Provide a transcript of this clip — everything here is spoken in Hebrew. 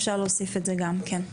אפשר להוסיף את זה גם כן.